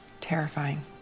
terrifying